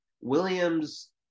Williams